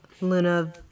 Luna